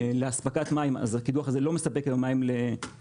לאספקת מים הקידוח הזה לא מספק היום מים לשתייה.